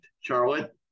Charlotte